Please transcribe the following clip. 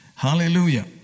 Hallelujah